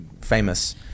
famous